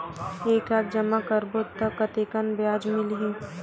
एक लाख जमा करबो त कतेकन ब्याज मिलही?